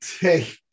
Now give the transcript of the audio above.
take